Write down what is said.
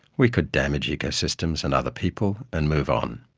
we could damage ecosystems and other people and move on.